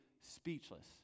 speechless